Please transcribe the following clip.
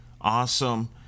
Awesome